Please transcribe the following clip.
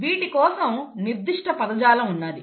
వీటికోసం నిర్దిష్ట పదజాలం ఉన్నాది